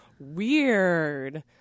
weird